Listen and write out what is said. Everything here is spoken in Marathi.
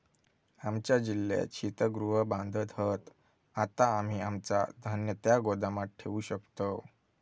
आमच्या जिल्ह्यात शीतगृह बांधत हत, आता आम्ही आमचा धान्य त्या गोदामात ठेवू शकतव